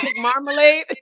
marmalade